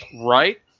Right